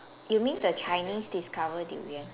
you mean the Chinese discover durian